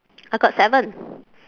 I got seven